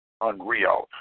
Unreal